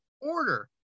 Order